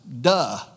duh